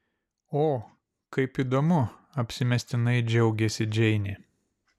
o kaip įdomu apsimestinai džiaugėsi džeinė